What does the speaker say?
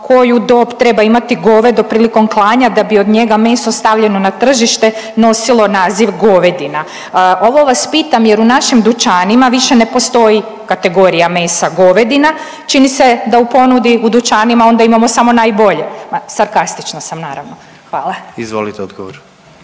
koju dob treba imati govedo prilikom klanja da bi od njega meso stavljeno na tržište nosilo naziv govedina. Ovo vas pitam, jer u našim dućanima više ne postoji kategorija mesa govedina. Čini se da u ponudi u dućanima onda imamo samo najbolje, sarkastična sam naravno. Hvala. **Jandroković,